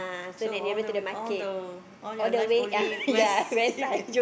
so all the way all the all your life only west area